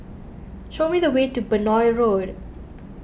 show me the way to Benoi Road